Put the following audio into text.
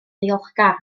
ddiolchgar